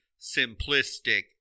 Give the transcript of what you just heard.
simplistic